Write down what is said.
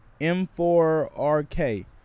M4RK